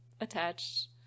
attached